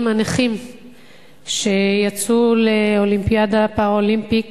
הנכים שיצאו לאולימפיאדת פראלימפיק